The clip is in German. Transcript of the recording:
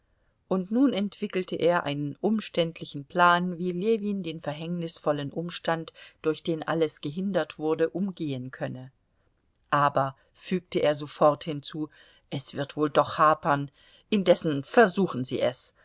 und nun entwickelte er einen umständlichen plan wie ljewin den verhängnisvollen umstand durch den alles gehindert wurde umgehen könne aber fügte er sofort hinzu es wird wohl doch hapern indessen versuchen sie es